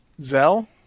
Zell